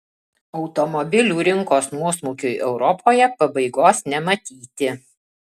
automobilių rinkos nuosmukiui europoje pabaigos nematyti